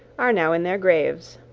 are now in their graves!